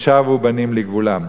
ושבו בנים לגבולם".